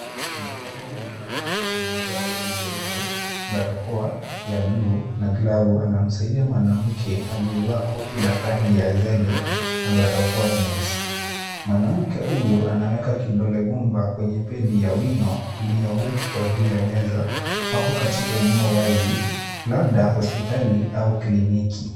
Daktari mwanaume aliyevaa koti jeupe, barakoa ya buluu na glavu anamsaidia mwanamke aliyevaa koti la rangi ya zege na barakoa nyeusi. Mwanamke huyo anaweka kidole gumba kwenye pedi ya wino iliyowekwa juu ya meza. Wako katika eneo wazi labda hosipitali au kliniki.